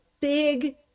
big